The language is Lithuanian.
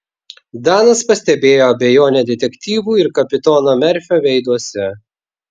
danas pastebėjo abejonę detektyvų ir kapitono merfio veiduose